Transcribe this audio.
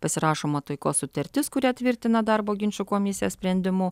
pasirašoma taikos sutartis kurią tvirtina darbo ginčų komisija sprendimu